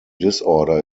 disorder